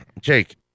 Jake